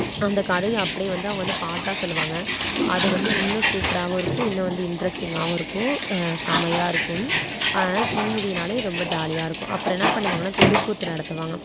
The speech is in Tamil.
அந்த கதைய அப்படியே வந்து அவங்க வந்து பாட்டாக சொல்லுவாங்க அது வந்து இன்னும் சூப்பராகவும் இருக்கும் இன்னும் வந்து இன்டெரெஸ்ட்டிங்காகவும் இருக்கும் செம்மையா இருக்கும் அதனால் தீமிதினால் ரொம்ப ஜாலியாக இருக்கும் அப்புறம் என்ன பண்ணுவாங்கன்னால் தெருக்கூத்து நடத்துவாங்க